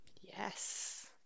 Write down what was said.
Yes